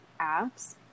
apps